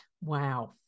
Wow